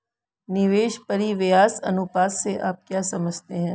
निवेश परिव्यास अनुपात से आप क्या समझते हैं?